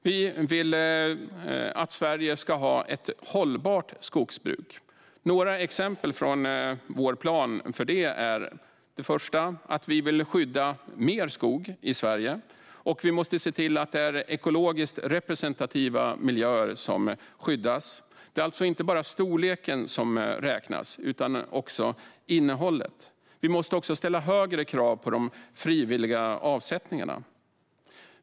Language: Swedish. Vi vill att Sverige ska ha ett hållbart skogsbruk. Jag ska ge några exempel från vår plan för detta. Vi vill skydda mer skog i Sverige, och vi måste se till att det är ekologiskt representativa miljöer som skyddas. Det är alltså inte bara storleken som räknas utan också innehållet. Vi måste också ställa högre krav på de frivilliga avsättningarna.